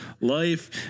life